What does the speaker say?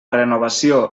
renovació